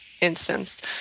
Instance